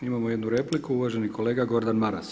Imamo jednu repliku, uvaženi kolega Gordan Maras.